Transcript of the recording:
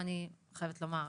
אני חייבת לומר,